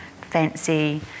fancy